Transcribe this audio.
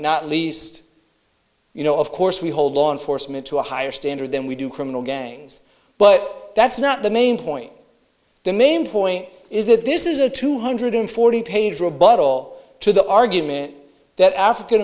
not least you know of course we hold law enforcement to a higher standard than we do criminal gangs but that's not the main point the main point is that this is a two hundred forty page rebuttal to the argument that african